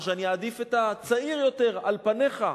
או שאני אעדיף את הצעיר יותר על פניך.